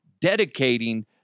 dedicating